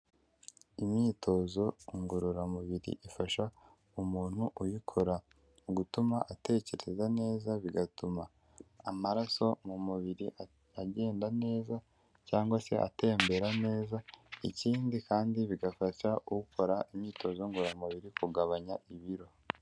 Imyitozo ngororamubiri ifasha umuntu uyikora gutuma atekereza neza bigatuma amaraso mu mubiri agenda neza cyangwa se atembera neza, ikindi kandi bigafasha ukora imyitozo ngororamubiri kugabanya ibiro.